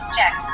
Check